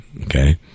okay